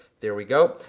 there we go.